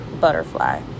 butterfly